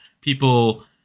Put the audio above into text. people